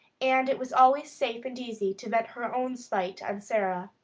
and it was always safe and easy to vent her own spite on sara.